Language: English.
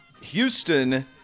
Houston